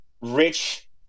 rich